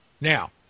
Now